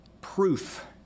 proof